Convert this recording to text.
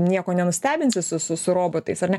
nieko nenustebinsi su su su robotais ar